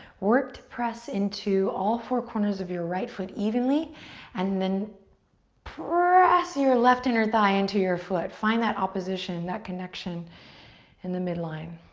work to press into all four corners of your right foot evenly and then press your left inner thigh into your foot. find that opposition, that connection in the midline.